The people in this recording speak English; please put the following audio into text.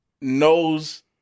knows